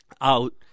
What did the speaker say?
out